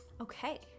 okay